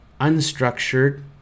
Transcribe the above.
unstructured